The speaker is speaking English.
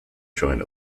joint